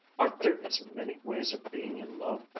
aren't there as many ways of being in love,